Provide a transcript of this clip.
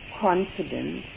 confidence